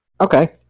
Okay